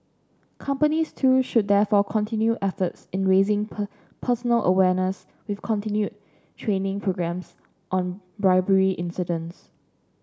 companies too should therefore continue efforts in raising per personal awareness with continued training programmes on bribery incidents